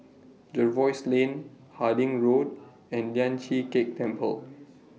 Jervois Lane Harding Road and Lian Chee Kek Temple